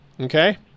Okay